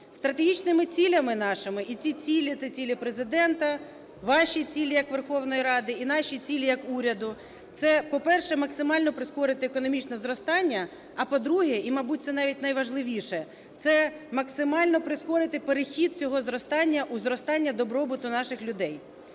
Стратегічними цілями нашими, і ці цілі – це цілі Президента, ваші цілі як Верховної Ради і наші цілі як уряду – це, по-перше, максимально прискорити економічне зростання. А по-друге, і мабуть, це навіть найважливіше, – це максимально прискорити перехід цього зростання у зростання добробуту наших людей.